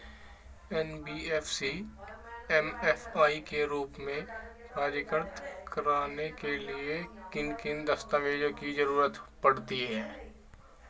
NBFC MFI के रूप में पंजीकृत कराने के लिए किन किन दस्तावेजों की जरूरत पड़ेगी?